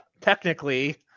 technically